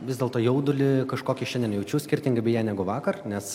vis dėlto jaudulį kažkokį šiandien jaučiu skirtingai beje negu vakar nes